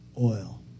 oil